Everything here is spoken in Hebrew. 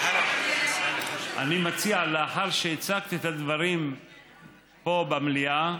אני מציע, לאחר שהצגת את הדברים פה במליאה,